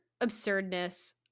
absurdness